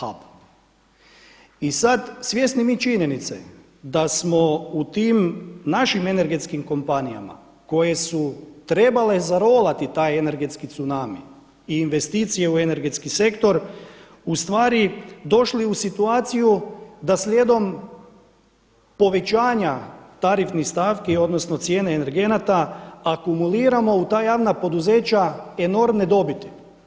I sada svjesni mi činjenice da smo u tim našim energetskim kompanijama koje su trebale zarolati taj energetski zunami i investicije u energetski sektor ustvari došli u situaciju da slijedom povećanja tarifnih stavki odnosno cijene energenata, akumuliramo u ta javna poduzeća enormne dobiti.